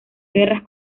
guerras